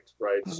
right